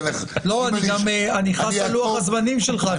על לוח הזמנים שלך.